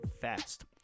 fast